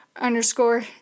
underscore